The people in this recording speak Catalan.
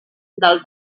del